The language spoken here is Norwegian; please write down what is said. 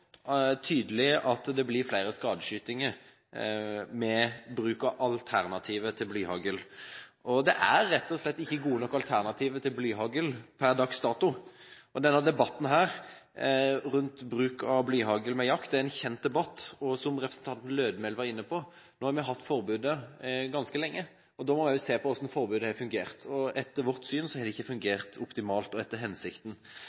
tydelig at det blir flere skadeskytinger med bruk av alternativet til blyhagl. Det er rett og slett ikke gode nok alternativer til blyhagl per dags dato. Denne debatten rundt bruk av blyhagl ved jakt er en kjent debatt, og – som representanten Lødemel var inne på – har vi nå hatt forbudet ganske lenge. Da må vi se på hvordan forbudet har fungert. Etter vårt syn har det ikke